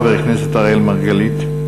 חבר הכנסת אראל מרגלית.